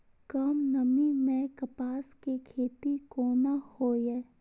कम नमी मैं कपास के खेती कोना हुऐ?